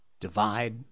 divide